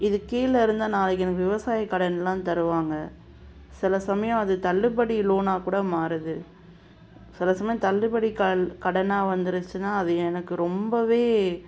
இதுக்கு கீழே இருந்தால் நாளைக்கு எனக்கு விவசாய கடனெலாம் தருவாங்க சில சமயம் அது தள்ளுபடி லோனாக கூட மாறுது சில சமயம் தள்ளுபடிகள் கடனாக வந்துருச்சுனா அது எனக்கு ரொம்பவே